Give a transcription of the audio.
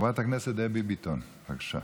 חברת הכנסת דבי ביטון, בבקשה.